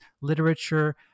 literature